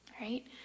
right